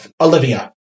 Olivia